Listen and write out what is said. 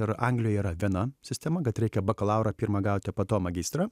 ir anglijoj yra viena sistema kad reikia bakalaurą pirma gauti o po to magistrą